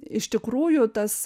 iš tikrųjų tas